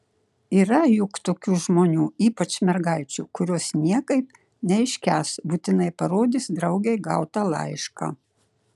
yra juk tokių žmonių ypač mergaičių kurios niekaip neiškęs būtinai parodys draugei gautą laišką